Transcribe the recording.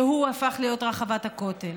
שהפכה להיות רחבת הכותל.